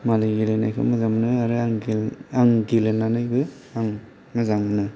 मालायनि गेलेनायखौबो मोजां मोनो आरो आं गेलेनानैबो आं मोजां मोनो